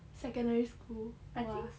secondary school !wah!